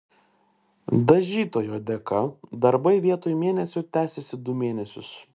dažytojo dėka darbai vietoj mėnesio tęsėsi du mėnesius